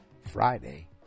Friday